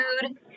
food